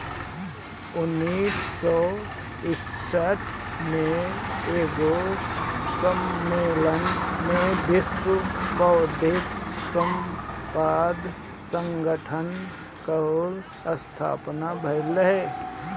उन्नीस सौ सड़सठ में एगो सम्मलेन में विश्व बौद्धिक संपदा संगठन कअ स्थापना भइल रहे